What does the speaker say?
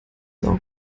sau